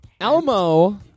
Elmo